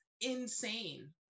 insane